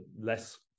less